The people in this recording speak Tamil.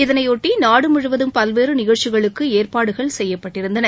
இதனைபொட்டி நாடு முழுவதும் பல்வேறு நிகழ்ச்சிகளுக்கு ஏற்பாடுகள் செய்யப்பட்டிருந்தன